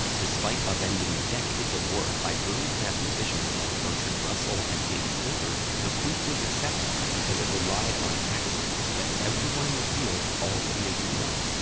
despite upending decades of work by brilliant mathematicians like bertrand russell and david hilbert, the proof was accepted because it relied on axioms that everyone in the field already agreed on.